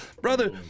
Brother